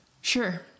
Sure